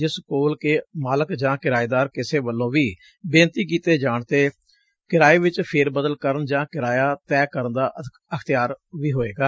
ਜਿਸ ਕੋਲ ਕਿ ਮਾਲਕ ਜਾਂ ਕਿਰਾਏਦਾਰ ਕਿਸੇ ਵਲੋਂ ਵੀ ਬੇਨਤੀ ਕੀਤੇ ਜਾਣ ਤੇ ਕਿਰਾਏ ਵਿਚ ਫੇਰਬਦਲ ਕਰਨ ਜਾਂ ਕਿਰਾਇਆ ਤੈਅ ਕਰਨ ਦਾ ਅਖਤਿਆਰ ਵੀ ਹੋਏਗਾ